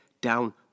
down